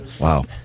wow